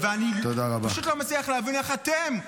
אני פשוט לא מצליח להבין איך אתם,